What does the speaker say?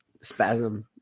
spasm